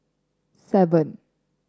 seven